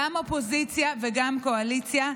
גם האופוזיציה וגם הקואליציה,